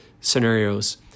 scenarios